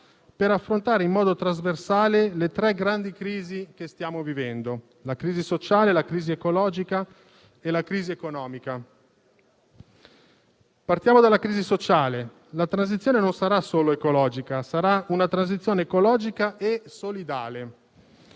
per affrontare in modo trasversale le tre grandi crisi che stiamo vivendo: la crisi sociale, la crisi ecologica e la crisi economica. Partiamo dalla crisi sociale. La transizione non sarà solo ecologica: sarà una transizione ecologica e solidale.